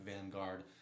Vanguard